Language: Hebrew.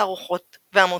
תערוכות ועמותות.